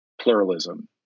pluralism